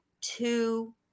two